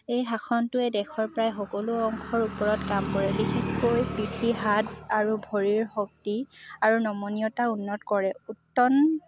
এই আসনটোৱে দেহৰ প্ৰায় সকলো অংশৰ ওপৰত কাম কৰে বিশেষকৈ পিঠি হাত আৰু ভৰিৰ শক্তি আৰু নমনীয়তা উন্নত কৰে উত্তনা